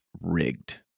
rigged